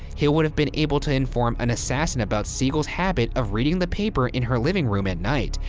hill would have been able to inform an assassin about siegel's habit of reading the paper in her living room at night,